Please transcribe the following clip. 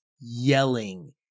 yelling